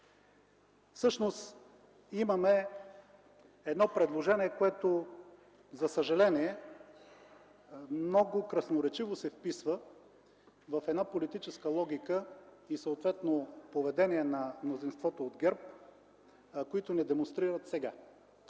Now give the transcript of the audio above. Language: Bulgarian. Всъщност имаме едно предложение, което, за съжаление, много красноречиво се вписва в една политическа логика и, съответно поведение на мнозинството от ГЕРБ, което ни демонстрират сега.